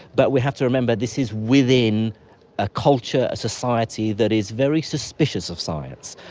but we have to remember this is within a culture, a society that is very suspicious of science.